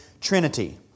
trinity